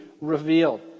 revealed